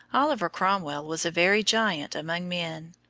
oliver cromwell was a very giant among men,